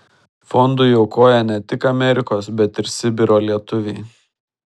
fondui aukoja ne tik amerikos bet ir sibiro lietuviai